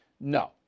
No